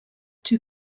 two